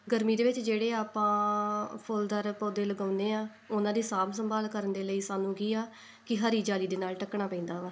ਗਰਮੀ ਦੇ ਵਿੱਚ ਜਿਹੜੇ ਆਪਾਂ ਫੁੱਲਦਾਰ ਪੌਦੇ ਲਗਾਉਂਦੇ ਹਾਂ ਉਹਨਾਂ ਦੀ ਸਾਂਭ ਸੰਭਾਲ ਕਰਨ ਦੇ ਲਈ ਸਾਨੂੰ ਕੀ ਆ ਕਿ ਹਰੀ ਜਾਲੀ ਦੇ ਨਾਲ਼ ਢਕਣਾ ਪੈਂਦਾ ਵਾ